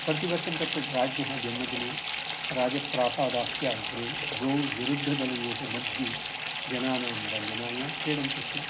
प्रतिवर्षं तत्र राज्ञः जन्मदिने राजप्रासादस्य अग्रे द्वौ विरुद्धदलयोः मध्ये जनानां रञ्जनाय क्रीडन्ति स्म